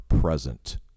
present